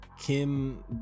Kim